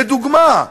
לדוגמה: